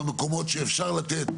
המקומות שאפשר לתת,